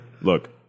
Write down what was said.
Look